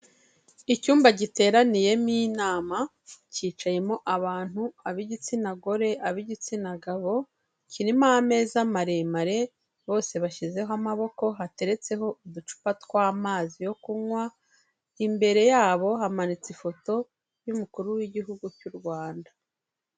Icyumba giteraniyemo inama cyicayemo abantu, ab'igitsina gore, ab'igitsina gabo, kirimo ameza maremare bose bashyizeho amaboko hateretseho uducupa tw'amazi yo kunywa, imbere yabo hamanitse ifoto y'umukuru w'igihugu cy'u Rwanda.